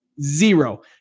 Zero